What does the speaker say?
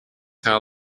how